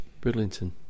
Bridlington